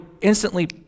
instantly